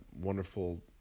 wonderful